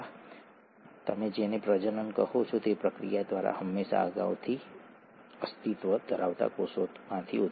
તો પછી ડીએનએ શું છે અને ડીએનએનું માળખું કેવી રીતે માહિતી પસાર કરવાનું શક્ય બનાવે છે ઠીક છે